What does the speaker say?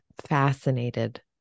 fascinated